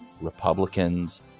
Republicans